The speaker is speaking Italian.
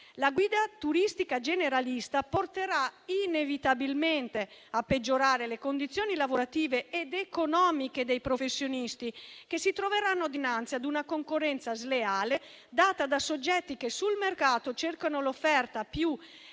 La guida turistica generalista porterà inevitabilmente a peggiorare le condizioni lavorative ed economiche dei professionisti, che si troveranno dinanzi a una concorrenza sleale, data da soggetti che sul mercato cercano l'offerta